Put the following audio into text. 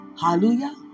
Hallelujah